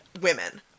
women